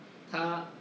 他